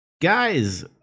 guys